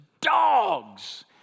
dogs